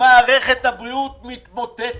שמערכת הבריאות מתמוטטת.